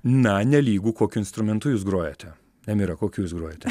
na nelygu kokiu instrumentu jūs grojate nemira kokiu jūs grojate